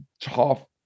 tough